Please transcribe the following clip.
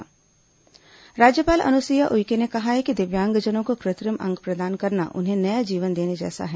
राज्यपाल दिव्यांगजन राज्यपाल अनुसुईया उइके ने कहा है कि दिव्यांगजनों को कृत्रिम अंग प्रदान करना उन्हें नया जीवन देने जैसा है